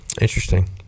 Interesting